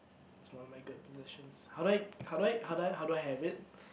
it's one of my good possessions how do I how do I how do I have it